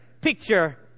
picture